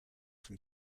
from